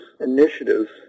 initiatives